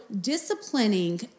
disciplining